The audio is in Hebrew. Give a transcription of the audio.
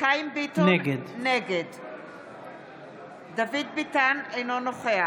נגד דוד ביטן, אינו נוכח